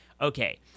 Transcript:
Okay